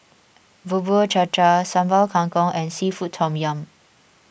Bubur Cha Cha Sambal Kangkong and Seafood Tom Yum